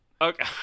okay